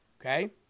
Okay